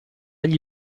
gli